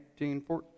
1814